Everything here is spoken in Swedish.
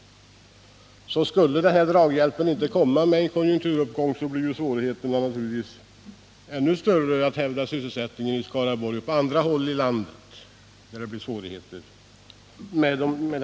Skulle draghjälpen i form av en konjunkturuppgång inte komma till stånd blir svårigheterna naturligtvis ännu större att hävda sysselsättningen i Skaraborgs län och i landet i övrigt.